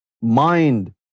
mind